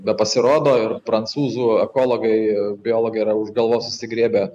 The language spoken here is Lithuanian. bepasirodo ir prancūzų ekologai biologai yra už galvos susigriebę